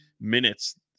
minutes